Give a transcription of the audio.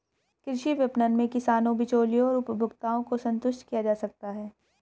कृषि विपणन में किसानों, बिचौलियों और उपभोक्ताओं को संतुष्ट किया जा सकता है